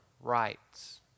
rights